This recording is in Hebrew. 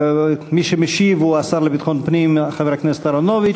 משיב השר לביטחון פנים, חבר הכנסת אהרונוביץ.